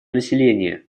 население